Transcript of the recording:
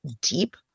deep